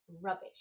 rubbish